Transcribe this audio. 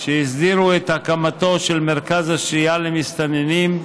שהסדירו את הקמתו של מרכז השהייה למסתננים,